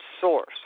source